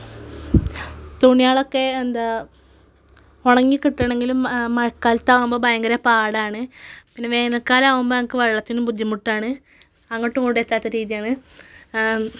തുണികൾ ഒക്കെ എന്താണ് ഉണങ്ങി കിട്ടണമെങ്കിലും മ മഴക്കാലത്ത് ആകുമ്പം ഭയങ്കര പാടാണ് പിന്നെ വേനൽക്കാലം ആകുമ്പം ഞങ്ങൾക്ക് വെള്ളത്തിനും ബുദ്ധിമുട്ടാണ് അങ്ങോട്ടും ഇങ്ങോട്ടും എത്താത്ത രീതിയാണ്